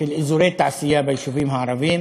של אזורי תעשייה ביישובים הערביים,